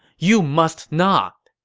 you must not.